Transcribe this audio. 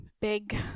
big